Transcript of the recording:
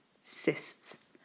cysts